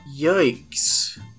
Yikes